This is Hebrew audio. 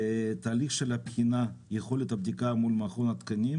תהליך של בחינה ויכולת בדיקה מול מכון התקנים.